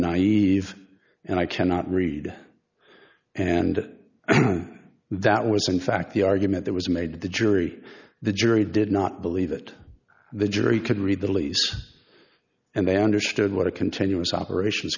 he and i cannot read and that was in fact the argument that was made that the jury the jury did not believe that the jury could read the lease and they understood what a continuous operations